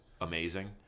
Amazing